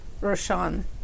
Roshan